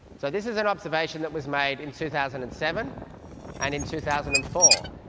so this is an observation that was made in two thousand and seven and in two thousand and four,